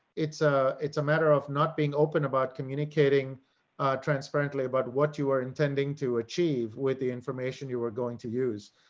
it's a, it's a matter of not being open about communicating transparently about what you are intending to achieve with the information you were going to use